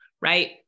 Right